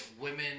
women